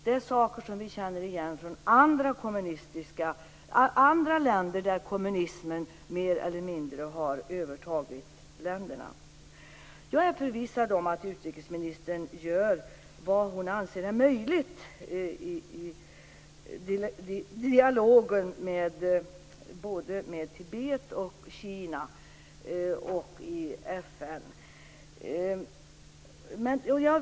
Det är saker som vi känner igen från andra länder där kommunismen mer eller mindre har övertagit länderna. Jag är förvissad om att utrikesministern gör vad hon anser vara möjligt i dialogen med Tibet och med Kina och i FN.